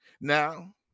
Now